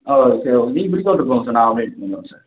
ஆ okay நீங்க bill counter போங்க sir நான் சார்